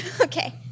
Okay